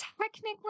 technically